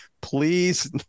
please